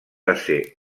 ésser